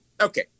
Okay